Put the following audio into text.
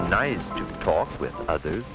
nice to talk with others